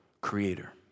creator